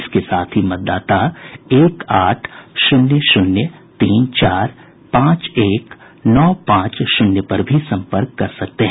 इसके साथ ही मतदाता एक आठ शून्य शून्य तीन चार पांच एक नौ पांच शून्य पर भी संपर्क कर सकते हैं